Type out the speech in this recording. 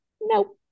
nope